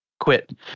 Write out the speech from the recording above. quit